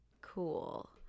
Cool